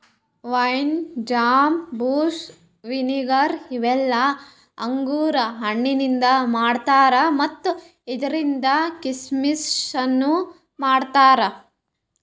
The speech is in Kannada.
ವೈನ್, ಜಾಮ್, ಜುಸ್ಸ್, ವಿನೆಗಾರ್ ಇವೆಲ್ಲ ಅಂಗುರ್ ಹಣ್ಣಿಂದ್ ಮಾಡ್ತಾರಾ ಮತ್ತ್ ಇದ್ರಿಂದ್ ಕೀಶಮಿಶನು ಮಾಡ್ತಾರಾ